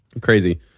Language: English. crazy